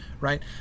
right